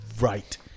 right